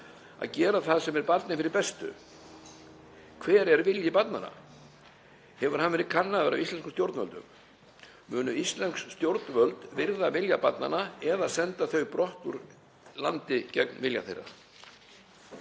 að gera það sem er barni fyrir bestu. Hver er vilji barnanna? Hefur hann verið kannaður af íslenskum stjórnvöldum? Munu íslensk stjórnvöld virða vilja barnanna eða senda þau brott úr landi gegn vilja þeirra?